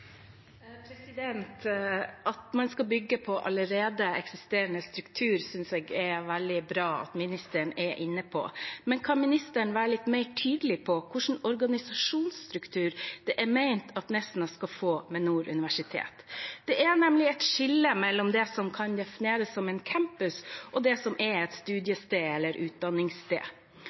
At man skal bygge på allerede eksisterende struktur, synes jeg er veldig bra at ministeren er inne på. Men kan ministeren være litt mer tydelig på hvilken organisasjonsstruktur det er ment at Nesna skal få med Nord universitet? Det er nemlig et skille mellom det som kan defineres som en campus, og det som er et studiested eller utdanningssted.